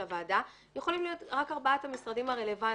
יכולים להיות רק ארבעת המשרדים הרלוונטיים,